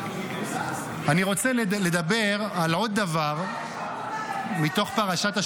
אני רוצה לדבר על עוד דבר מתוך פרשת השבוע,